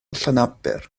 llanaber